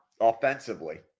offensively